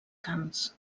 camps